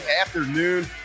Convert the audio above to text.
afternoon